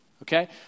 Okay